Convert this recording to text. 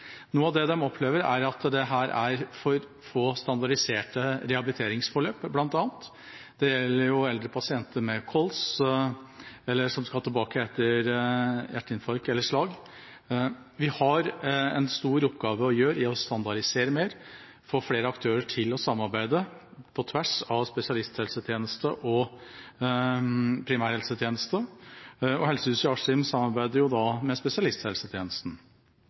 Noe av det de opplever, er at det her er for få standardiserte rehabiliteringsforløp. Det gjelder eldre pasienter som har kols, eller som skal tilbake etter hjerteinfarkt eller slag. Vi har en stor oppgave i å standardisere mer og få flere aktører til å samarbeide på tvers av spesialisthelsetjenesten og primærhelsetjenesten, og Helsehuset i Askim samarbeider med spesialisthelsetjenesten.